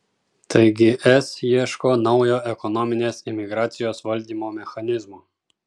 taigi es ieško naujo ekonominės imigracijos valdymo mechanizmo